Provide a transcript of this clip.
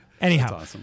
Anyhow